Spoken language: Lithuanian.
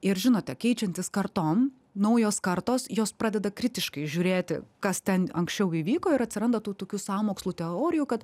ir žinote keičiantis kartom naujos kartos jos pradeda kritiškai žiūrėti kas ten anksčiau įvyko ir atsiranda tų tokių sąmokslo teorijų kad